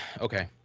okay